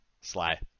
Sly